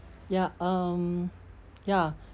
ya um ya